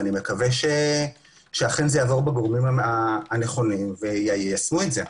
אני מקווה שאכן זה יעבור לגורמים הנכונים ויישמו את זה,